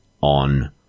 on